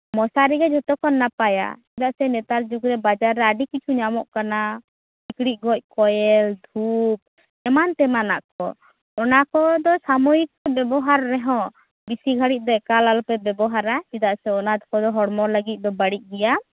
ᱢᱚᱥᱟᱨᱤ ᱜᱮ ᱡᱚᱛᱚ ᱠᱷᱚᱱ ᱱᱟᱯᱟᱭᱟ ᱪᱮᱫᱟᱜ ᱥᱮ ᱱᱮᱛᱟᱨ ᱡᱩᱜᱽ ᱨᱮ ᱵᱟᱡᱟᱨ ᱨᱮ ᱟᱰᱤ ᱠᱤᱪᱷᱩ ᱧᱟᱢᱚᱜ ᱠᱟᱱᱟ ᱥᱤᱠᱬᱤᱡ ᱜᱚᱡ ᱠᱚᱭᱮᱞ ᱫᱷᱩᱯ ᱮᱢᱟᱱ ᱛᱮᱢᱟᱱᱟᱜ ᱠᱚ ᱚᱱᱟ ᱠᱚᱫᱚ ᱥᱟᱢᱚᱭᱤᱠ ᱵᱮᱵᱚᱦᱟᱨ ᱨᱮᱦᱚᱸ ᱵᱤᱥᱤ ᱜᱷᱟᱹᱲᱤᱡ ᱫᱚ ᱮᱠᱟᱞ ᱟᱞᱚᱯᱮ ᱵᱮᱵᱚᱦᱟᱨᱟ ᱪᱮᱫᱟᱜ ᱥᱮ ᱚᱱᱟ ᱠᱚᱫᱚ ᱦᱚᱲᱢᱚ ᱞᱟᱹᱜᱤᱫ ᱫᱚ ᱵᱟᱲᱤᱡ ᱜᱮᱭᱟ